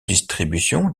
distribution